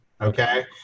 Okay